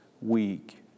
week